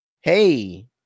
hey